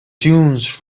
dunes